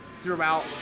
throughout